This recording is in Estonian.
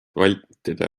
vältida